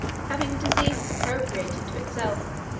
having diseases appropriated to itself.